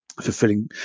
fulfilling